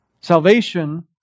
salvation